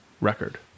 Record